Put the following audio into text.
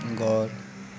घर